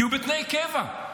יהיה בתנאי קבע.